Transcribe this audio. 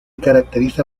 caracteriza